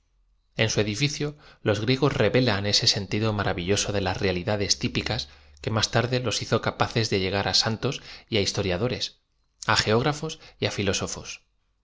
su edificio los griegos revelan eae sentido m aravilloso de las realidades típicas que máa tarde los hizo capaces de lle g a r aantoa y á historiadores geógrafos y á filósofos